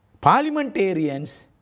parliamentarians